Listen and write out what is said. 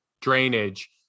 drainage